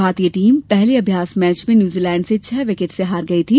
भारतीय टीम पहले अभ्यास मैच में न्यूजीलैंड से छह विकेट से हार गई थी